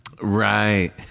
right